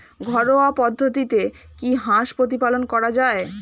ঘরোয়া পদ্ধতিতে কি হাঁস প্রতিপালন করা যায়?